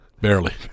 Barely